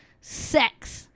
sex